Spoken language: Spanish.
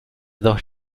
dos